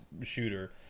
shooter